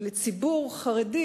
מבטיחה לציבור חרדי